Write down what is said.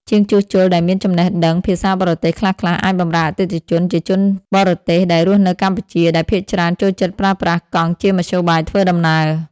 ជាងជួសជុលដែលមានចំណេះដឹងភាសាបរទេសខ្លះៗ អាចបម្រើអតិថិជនជាជនបរទេសដែលរស់នៅកម្ពុជា ដែលភាគច្រើនចូលចិត្តប្រើប្រាស់កង់ជាមធ្យោបាយធ្វើដំណើរ។